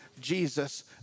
Jesus